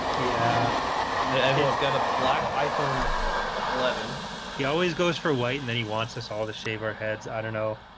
yeah everyone's got a black iphone eleven he always goes for white and then he wants us all to shave our heads. i don't know